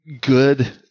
good